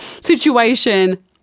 situation